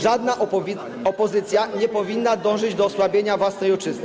Żadna opozycja nie powinna dążyć do osłabienia własnej ojczyzny.